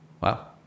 Wow